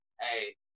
hey